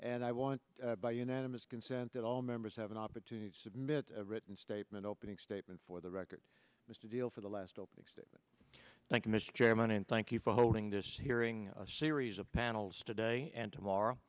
and i want by unanimous consent that all members have an opportunity to submit a written statement opening statement for the record mr deal for the last opening statement thank you mr chairman and thank you for holding this hearing a series of panels today and tomorrow